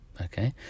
Okay